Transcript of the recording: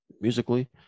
musically